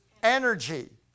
energy